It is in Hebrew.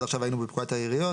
עד עכשיו היינו בפקודת העיריות.